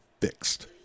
fixed